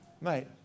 Mate